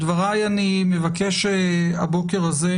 את דבריי אני מבקש הבוקר הזה,